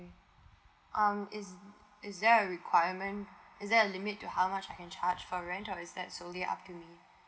um is is there a requirement is there a limit to how much I can charge for rent or is that solely up to me